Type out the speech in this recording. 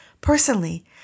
Personally